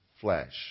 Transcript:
flesh